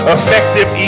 Effective